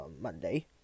Monday